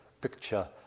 picture